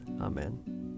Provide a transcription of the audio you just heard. Amen